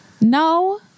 No